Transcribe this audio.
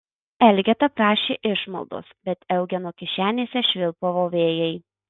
elgeta prašė išmaldos bet eugeno kišenėse švilpavo vėjai